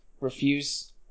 refuse